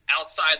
Outside